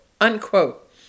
unquote